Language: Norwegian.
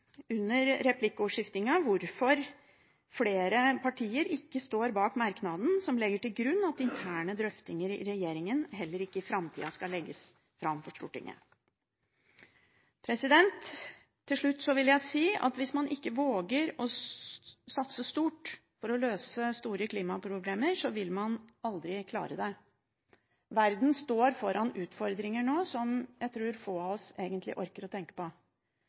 hvorfor flere partier ikke står bak merknaden som legger til grunn at interne drøftinger i regjeringen heller ikke i framtida skal legges fram for Stortinget. Til slutt vil jeg si at hvis man ikke våger å satse stort for å løse store klimaproblemer, vil man aldri klare det. Verden står nå foran utfordringer som jeg tror få av oss egentlig orker å tenke på.